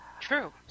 True